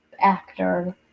actor